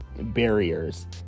barriers